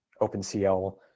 OpenCL